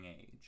age